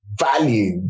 value